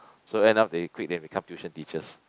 so end up they quit and become tuition teachers